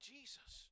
Jesus